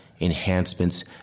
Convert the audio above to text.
enhancements